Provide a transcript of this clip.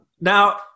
now